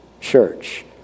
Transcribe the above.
church